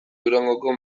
durangoko